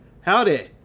Howdy